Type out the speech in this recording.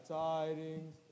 tidings